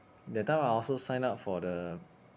that time I also signed up for the